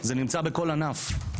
זה נמצא בכל ענף.